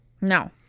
No